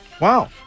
Wow